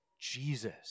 Jesus